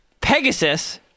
Pegasus